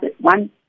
One